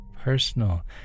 personal